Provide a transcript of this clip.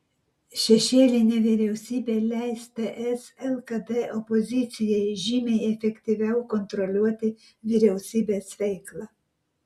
šešėlinė vyriausybė leis ts lkd opozicijai žymiai efektyviau kontroliuoti vyriausybės veiklą